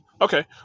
Okay